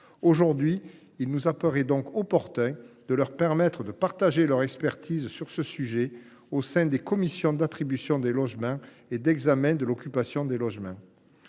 leurs. Il nous apparaît donc opportun de lui permettre de partager son expertise sur ce sujet au sein des commissions d’attribution des logements et d’examen de l’occupation des logements.